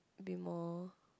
be more